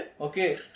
okay